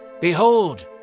Behold